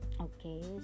okay